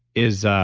is